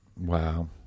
Wow